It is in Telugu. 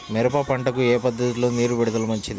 మిరప పంటకు ఏ పద్ధతిలో నీరు విడుదల మంచిది?